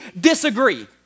disagree